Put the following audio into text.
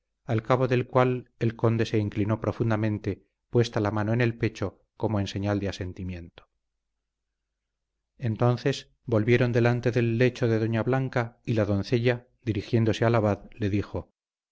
al cabo del cual el conde se inclinó profundamente puesta la mano en el pecho como en señal de asentimiento entonces volvieron delante del lecho de doña blanca y la doncella dirigiéndose al abad le dijo